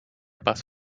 paz